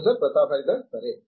professor Pratap Haridas సరే